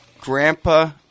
grandpa